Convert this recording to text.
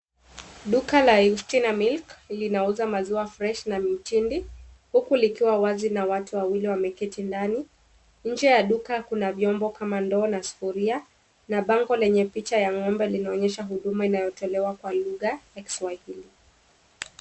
Duka la yustina milk linauza maziwa fresh na matindi huku likiwa wazi na watu wawili wameketi ndani. Nje ya duka kuna vyombo kama ndoo sufuria na bango lenye picha la ng'ombe linaonyesha huduma inayotolewa kwa lugha ya kiswahili.